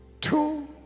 Two